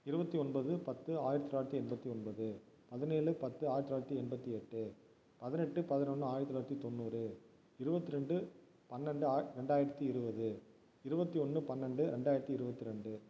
இருபத்தி ஒன்பது பத்து ஆயிரத்தி தொள்ளாயிரத்தி எண்பத்தி ஒன்பது பதினேழு பத்து ஆயிரத்தி தொள்ளாயிரத்தி எண்பத்தி எட்டு பதினெட்டு பதினொன்று ஆயிரத்தி தொள்ளாயிரத்தி தொண்ணூறு இருபத்தி ரெண்டு பன்னெரெண்டு ஆ ரெண்டாயிரத்தி இருபது இருபத்தி ஒன்று பன்னெரெண்டு ரெண்டாயிரத்தி இருபத்து ரெண்டு